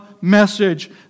message